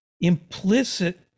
implicit